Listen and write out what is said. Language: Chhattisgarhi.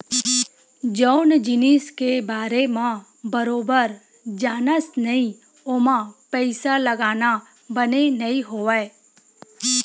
जउन जिनिस के बारे म बरोबर जानस नइ ओमा पइसा लगाना बने नइ होवय